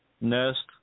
nest